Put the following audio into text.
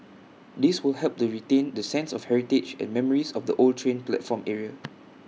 this will help to retain the sense of heritage and memories of the old train platform area